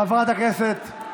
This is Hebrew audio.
חברת הכנסת,